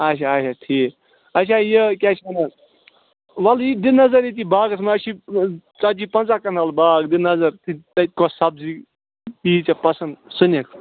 اچھا اچھا ٹھیٖک اچھا یہِ کیٛاہ چھِ وَنان وَل یہِ دِ نَظر ییٚتی باغَس منٛز چھِ ژتجی پنٛژاہ کَنال باغ دِ نَظر تَتہِ کۄس سبزی یی ژےٚ پَسنٛد سہَ نِکھ